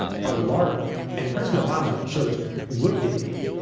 harvard law review, and president obama sort of looked at me,